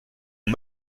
aux